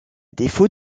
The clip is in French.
défaut